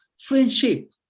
Friendship